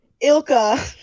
Ilka